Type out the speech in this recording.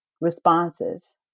responses